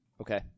Okay